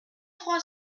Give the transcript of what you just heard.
trois